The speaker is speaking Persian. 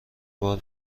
بار